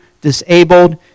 disabled